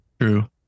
True